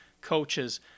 coaches